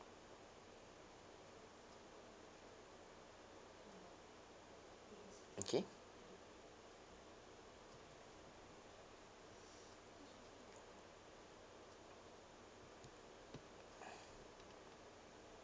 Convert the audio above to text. okay